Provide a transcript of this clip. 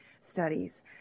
studies